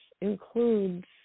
includes